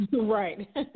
Right